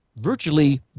Virtually